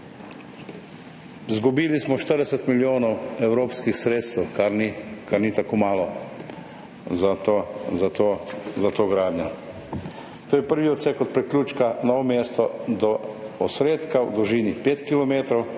Izgubili smo 40 milijonov evropskih sredstev, kar ni tako malo za to gradnjo. To je prvi odsek od priključka Novo mesto do Osredka v dolžini 5 kilometrov,